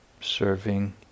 serving